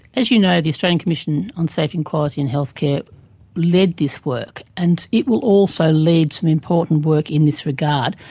as you know, the australian commission on safety and quality in healthcare led this work, and it will also lead some important work in this regard.